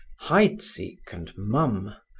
heidsieck and mumm,